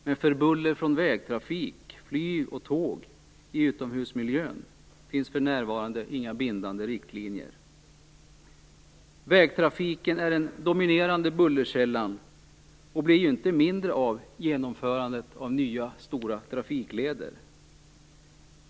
Men för buller från vägtrafik, flyg och tåg i utomhusmiljön finns för närvarande inga bindande riktlinjer. Vägtrafiken är den dominerande bullerkällan, och den blir inte mindre av genomförandet av nya stora trafikleder.